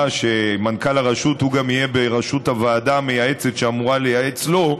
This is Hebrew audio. שמנכ"ל הרשות גם יהיה בראשות הוועדה המייעצת שאמורה לייעץ לו,